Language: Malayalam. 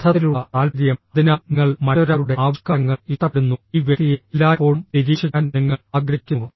ബന്ധത്തിലുള്ള താൽപര്യം അതിനാൽ നിങ്ങൾ മറ്റൊരാളുടെ ആവിഷ്കാരങ്ങൾ ഇഷ്ടപ്പെടുന്നു ഈ വ്യക്തിയെ എല്ലായ്പ്പോഴും നിരീക്ഷിക്കാൻ നിങ്ങൾ ആഗ്രഹിക്കുന്നു